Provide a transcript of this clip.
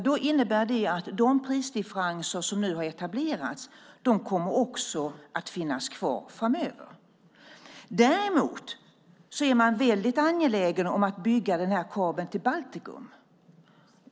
Det innebär att de prisdifferenser som nu har etablerats också kommer att finnas kvar framöver. Däremot är man väldigt angelägen om att bygga den här kabeln till Baltikum.